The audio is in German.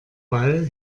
ball